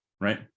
right